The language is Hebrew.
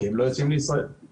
הם לא יוצאים לישראל.